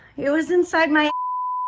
it was inside my